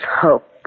hope